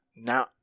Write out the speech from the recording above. Now